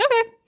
Okay